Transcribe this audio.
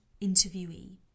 interviewee